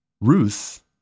Ruth